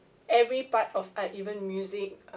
every part of art even music